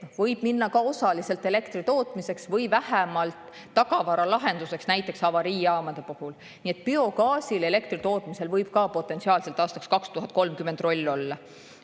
võib minna ka osaliselt elektri tootmiseks või vähemalt tagavaralahenduseks, näiteks avariijaamade puhul. Nii et biogaasi abil elektri tootmisel võib ka potentsiaalselt aastaks 2030 roll olla.